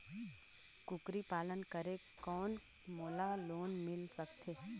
कूकरी पालन करे कौन मोला लोन मिल सकथे?